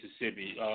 Mississippi